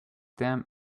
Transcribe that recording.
damn